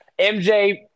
MJ